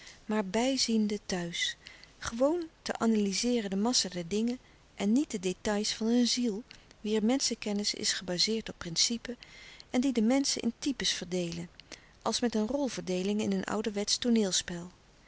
maar bijziende thuis gewoon te analyzeeren de massa der dingen en niet de détails van een ziel wier menschenkennis is gebazeerd op principe en die de menschen in types verdeelen als met een rolverdeeling in een ouderwetsch tooneelspel